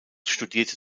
studierte